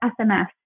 SMS